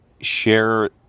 share